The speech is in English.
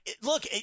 Look